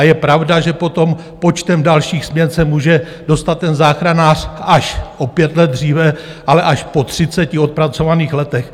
Je pravda, že potom počtem dalších směn se může dostat ten záchranář až o 5 let dříve, ale až po 30 odpracovaných letech.